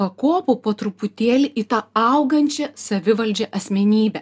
pakopų po truputėlį į tą augančią savivaldžią asmenybę